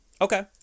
Okay